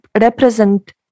represent